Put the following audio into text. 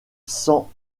cent